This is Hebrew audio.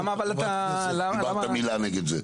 לא דיברת מילה נגד זה.